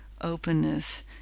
openness